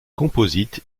composite